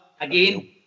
Again